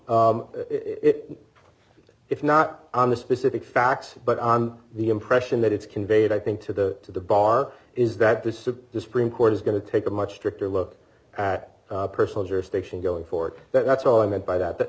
it's not on the specific facts but the impression that it's conveyed i think to the to the bar is that this the screen court is going to take a much stricter look at personal jurisdiction going forward that's all i meant by that